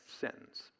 sentence